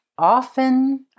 often